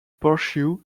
pursue